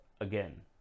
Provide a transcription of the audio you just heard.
again